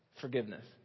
Forgiveness